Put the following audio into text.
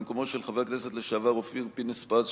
במקומו של חבר הכנסת לשעבר אופיר פינס-פז,